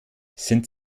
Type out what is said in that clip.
sind